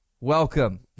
welcome